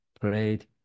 played